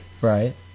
Right